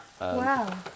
Wow